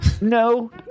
no